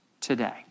today